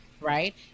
right